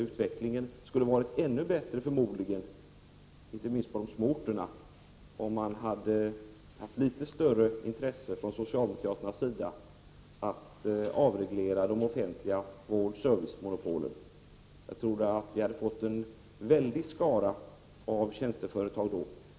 Utvecklingen skulle förmodligen ha varit ännu bättre — inte minst på de små orterna — om socialdemokraterna hade haft litet större intresse av att avreglera de offentliga vårdoch servicemonopolen. Jag tror att vi hade fått en väldig skara av tjänsteföretag då.